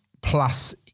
plus